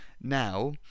Now